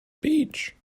beach